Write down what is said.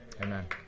Amen